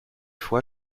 fois